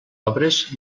obres